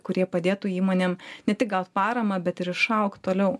kurie padėtų įmonėm ne tik gaut paramą bet ir išaugt toliau